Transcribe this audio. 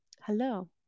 hello